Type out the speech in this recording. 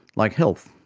like health,